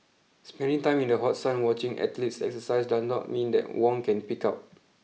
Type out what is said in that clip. spending time in the hot sun watching athletes exercise does not mean that Wong can pig out